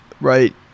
Right